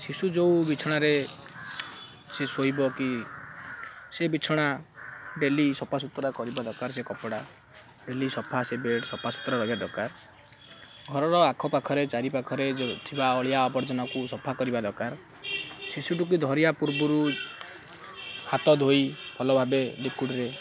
ଶିଶୁ ଯେଉଁ ବିଛଣାରେ ସେ ଶୋଇବ କି ସେ ବିଛଣା ଡେଲି ସଫା ସୁତୁରା କରିବା ଦରକାର ସେ କପଡ଼ା ଡେଲି ସଫା ସେ ବେଡ଼୍ ସଫା ସୁତୁରା ରହିବା ଦରକାର ଘରର ଆଖପାଖରେ ଚାରିପାଖରେ ଥିବା ଅଳିଆ ଆବର୍ଜନାକୁ ସଫା କରିବା ଦରକାର ଶିଶୁଟିକୁ ଧରିବା ପୂର୍ବରୁ ହାତ ଧୋଇ ଭଲ ଭାବେ ଲିକ୍ଵିଡ଼୍ରେ